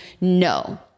No